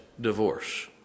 divorce